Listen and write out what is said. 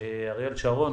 אריאל שרון.